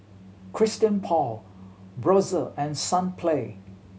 Christian Paul Brotzeit and Sunplay